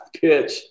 pitch